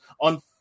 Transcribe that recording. on